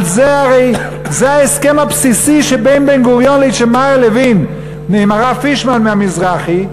זה ההסכם הבסיסי שבין בן-גוריון לאיצ'ה מאיר לוין והרב פישמן מהמזרחי,